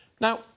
Now